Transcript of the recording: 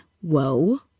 whoa